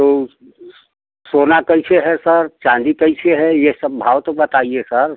तो सोना कैसे है सर चांदी कैसे है ये सब भाव तो बताइए सर